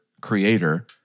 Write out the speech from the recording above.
creator